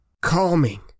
calming